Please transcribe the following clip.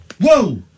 Whoa